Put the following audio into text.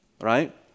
Right